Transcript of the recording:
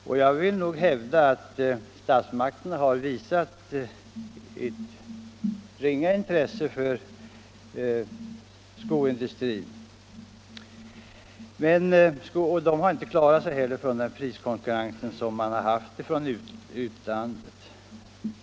Men jag vill hävda att statsmakterna har visat ett ringa intresse för skoindustrin, och den har inte heller klarat sig i priskonkurrensen med utlandet.